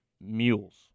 mules